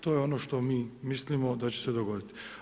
To je ono što mi mislimo da će se dogoditi.